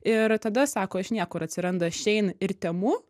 ir tada sako iš niekur atsiranda šein ir temu